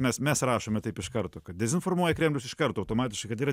mes mes rašome taip iš karto kad dezinformuoja kremlius iš karto automatiškai kad yra